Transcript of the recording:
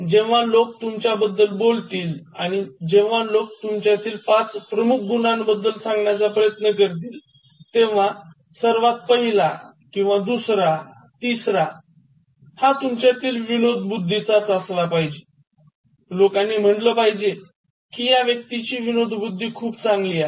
जेव्हा लोक तुमच्या बद्दल बोलतील आणि जेव्हा लोक तुमच्यातील पाच प्रमुख गुणांबद्दल सांगण्याचा प्रयत्न करतील तेव्हा सर्वात पहिला किंवा दुसरा किंवा तिसरा हा तुमच्यातील विनोदबुद्धीचा असला पाहिजे लोकांनी म्हणलं पाहिजे कि या व्यक्तीची विनोदबुद्धी खूप चांगली आहे